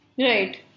Right